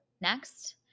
next